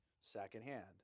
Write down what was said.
secondhand